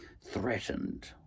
threatened